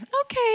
Okay